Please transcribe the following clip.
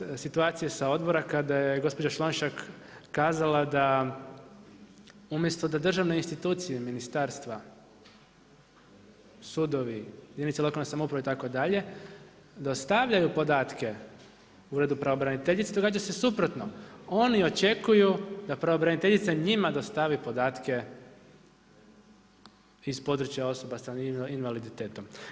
Sjećam se situacije sa odbora kada je gospođa Slonjšak kazala da umjesto da državne institucije ministarstva, sudovi, jedinica lokalne samouprave itd. dostavljaju podatke Uredu pravobraniteljice događa se suprotno, oni očekuju da pravobraniteljica njima dostavi podatke iz područja osoba s invaliditetom.